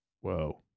Whoa